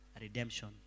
redemption